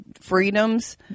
freedoms